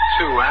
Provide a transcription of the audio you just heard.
two